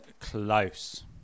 close